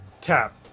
tap